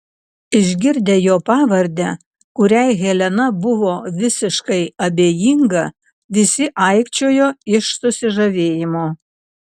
išgirdę jo pavardę kuriai helena buvo visiškai abejinga visi aikčiojo iš susižavėjimo